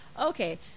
Okay